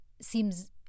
seems